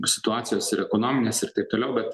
situacijos ir ekonominės ir taip toliau bet